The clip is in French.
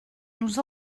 nous